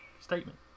statement